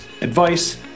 advice